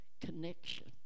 connection